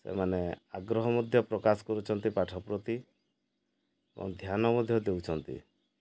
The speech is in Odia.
ସେମାନେ ଆଗ୍ରହ ମଧ୍ୟ ପ୍ରକାଶ କରୁଛନ୍ତି ପାଠ ପ୍ରତି ଏବଂ ଧ୍ୟାନ ମଧ୍ୟ ଦେଉଛନ୍ତି ନ୍ତି